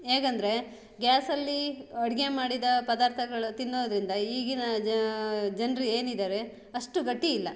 ಹೇಗಂದ್ರೆ ಗ್ಯಾಸಲ್ಲಿ ಅಡಿಗೆ ಮಾಡಿದ ಪದಾರ್ಥಗಳು ತಿನ್ನೋದರಿಂದ ಈಗಿನ ಜನರು ಏನಿದ್ದಾರೆ ಅಷ್ಟು ಗಟ್ಟಿ ಇಲ್ಲ